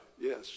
Yes